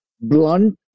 blunt